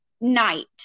night